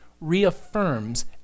reaffirms